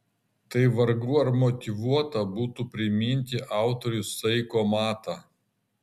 tai vargu ar motyvuota būtų priminti autoriui saiko matą